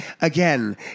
again